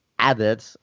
added